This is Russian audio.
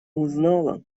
узнала